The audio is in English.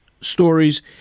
stories